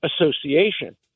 association